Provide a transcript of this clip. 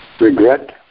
regret